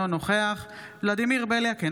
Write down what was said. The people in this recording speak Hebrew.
אינו נוכח ולדימיר בליאק,